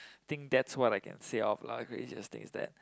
think that's what I can say of craziest things that